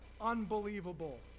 unbelievable